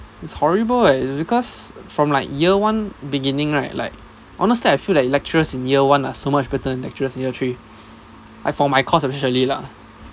it's horrible eh because from like year one beginning right like honestly I feel like lecturers in year one are so much better than lecturers in year three like for my course especially lah